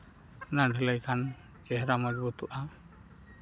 ᱚᱱᱟ ᱰᱷᱟᱹᱞᱟᱹᱭ ᱠᱷᱟᱱ ᱪᱮᱦᱨᱟ ᱢᱚᱡᱽᱵᱩᱛᱚᱜᱼᱟ